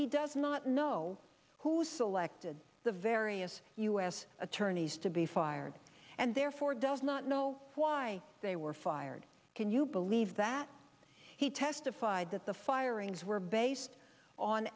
he does not know who selected the various u s attorneys to be fired and therefore does not know why they were fired can you believe that he testified that the firings were based on